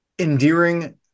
endearing